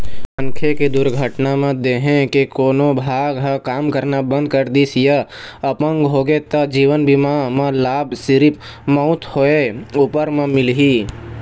मनखे के दुरघटना म देंहे के कोनो भाग ह काम करना बंद कर दिस य अपंग होगे त जीवन बीमा म लाभ सिरिफ मउत होए उपर म मिलही